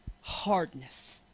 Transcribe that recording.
Hardness